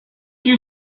you